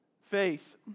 faith